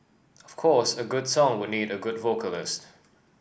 of course a good song would need a good vocalist